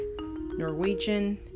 Norwegian